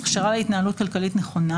הכשרה להתנהלות כלכלית נכונה,